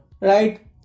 Right